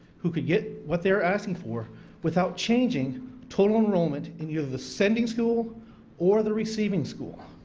who could get what they are asking for without changing total enrollment in either the sending school or the receiving school.